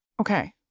Okay